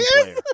player